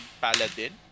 paladin